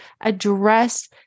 address